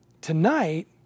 Tonight